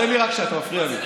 תן לי רק שנייה, אתה מפריע לי.